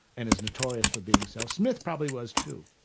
and is notorious for being so. smith probably was, too.